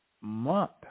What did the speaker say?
month